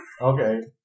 okay